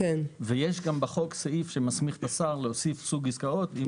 ויש בחוק סעיף שמסמיך את השר להוסיף סוג עסקאות.